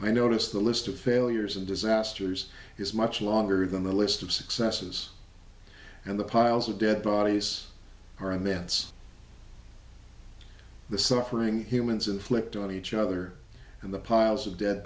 i notice the list of failures in disasters is much longer than the list of successes and the piles of dead bodies are immense the suffering humans inflict on each other and the piles of dead